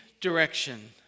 direction